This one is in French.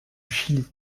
chili